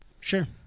Sure